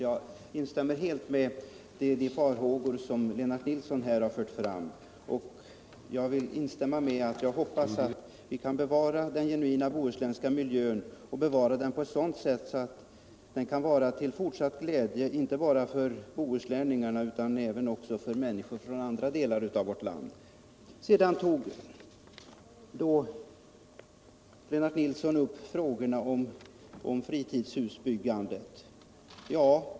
Jag instämmer helt i de farhågor som Lennart Nilsson har fört fram, och jag hoppas att vi kan bevara den genuina bohuslänska miljön och bevara den på ett sådant sätt att den kan vara till fortsatt glädje inte bara för bohuslänningarna utan också för människor från andra delar av vårt land. Nr 37 Lennart Nilsson tog upp fritidshusbyggandet.